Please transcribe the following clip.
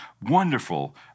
wonderful